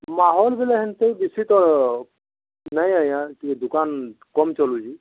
ମାହୋଲ ବଲେ ହେନ୍ତି ବେଶୀ ତ ନାଇଁ ଆଜ୍ଞା ଟିକେ ଦୁକାନ କମ୍ ଚଲୁଛି